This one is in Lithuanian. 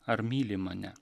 ar myli mane